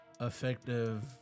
Effective